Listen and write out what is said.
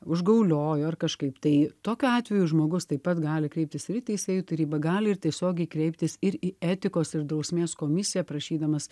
užgauliojo ar kažkaip tai tokiu atveju žmogus taip pat gali kreiptis ir į teisėjų tarybą gali ir tiesiogiai kreiptis ir į etikos ir drausmės komisiją prašydamas